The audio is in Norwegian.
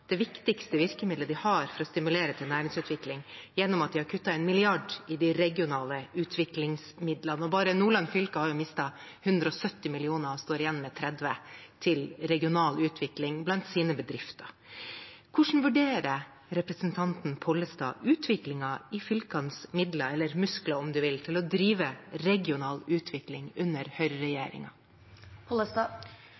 det viktigste virkemidlet de har for å stimulere til næringsutvikling, ved at de har kuttet 1 mrd. kr i de regionale utviklingsmidlene. Bare Nordland fylke har mistet 170 mill. kr og står igjen med 30 mill. kr til regional utvikling blant sine bedrifter. Hvordan vurderer representanten Pollestad utviklingen i fylkenes midler, eller muskler, om en vil, for å drive regional utvikling under